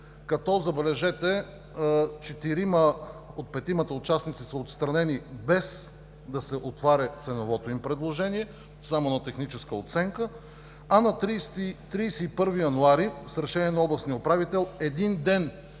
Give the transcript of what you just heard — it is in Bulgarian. като, забележете, четирима от петимата участници са отстранени без да се отваря ценовото им предложение, само на техническа оценка, а на 31 януари с Решение на областния управител, един ден